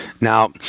Now